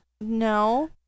No